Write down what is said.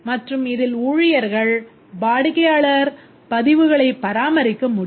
மற்றும் இதில் ஊழியர்கள் வாடிக்கையாளர் பதிவுகளை பராமரிக்க முடியும்